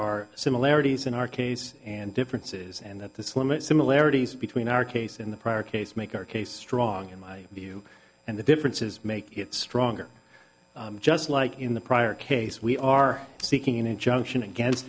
are similarities in our case and differences and that this limit similarities between our case in the prior case make our case strong in my view and the differences make it stronger just like in the prior case we are seeking an injunction against